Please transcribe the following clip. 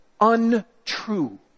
untrue